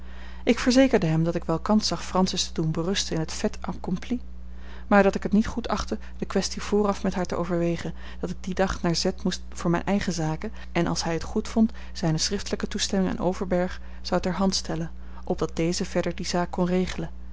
ik verzekerde hem dat ik wel kans zag francis te doen berusten in het fait accompli maar dat ik het niet goed achtte de kwestie vooraf met haar te overwegen dat ik dien dag naar z moest voor mijne eigene zaken en als hij t goed vond zijne schriftelijke toestemming aan overberg zou ter hand stellen opdat deze verder die zaak kon regelen